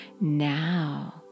Now